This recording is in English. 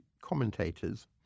commentators